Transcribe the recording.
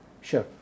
Sure